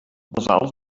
basals